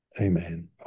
Amen